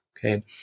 Okay